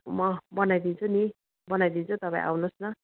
म बनाइदिन्छु नि बनाइदिन्छु तपाईँ आउनुहोस् न